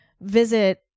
visit